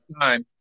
time